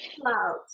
Clouds